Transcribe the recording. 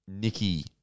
Nikki